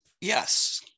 Yes